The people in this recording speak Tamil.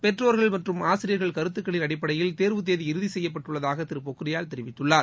பெற்றோர்கள் மற்றும் ஆசிரியர்கள் கருத்துக்களின் அடிப்படையில் தேர்வு தேதி இறுதி செய்யப்பட்டுள்ளதாக திரு பொக்ரியால் தெரிவித்துள்ளார்